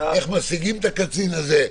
איך משיגים את הקצין הזה,